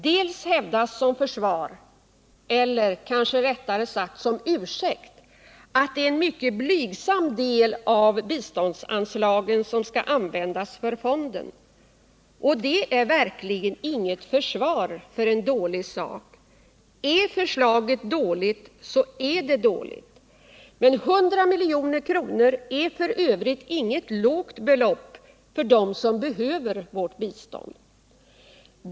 Dels hävdas som försvar eller kanske rättare sagt som ursäkt att det är en mycket blygsam del av biståndsanslagen som skall användas för fonden. Detta är verkligen inget försvar för en dålig sak. Är förslaget dåligt, så är det dåligt. 100 milj.kr. är f. ö. inget lågt belopp för dem som behöver vårt bistånd.